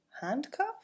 handcuff